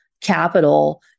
capital